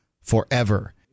forever